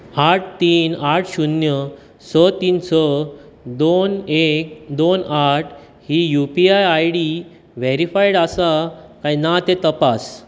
आठ तीन आठ शुन्य स तीन स दोन एक दोन आठ एट द रेट एक्सीस ही U P I I D verified आसा काय ना तें तपास